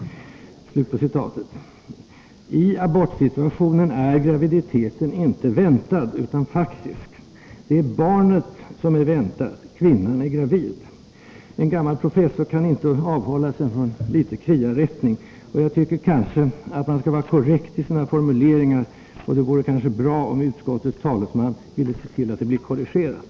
I abortsituationen är graviditeten inte väntad, utan faktisk. Kvinnan är gravid. Det är barnet som är väntat. En gammal professor kan inte avhålla sig från litet kriarättning. Jag tycker nog att man skall vara korrekt i sina formuleringar, och det vore kanske bra om utskottets talesman ville se till att detta blir korrigerat.